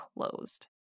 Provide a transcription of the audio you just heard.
closed